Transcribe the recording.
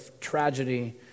tragedy